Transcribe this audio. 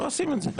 לא עושים את זה.